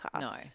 No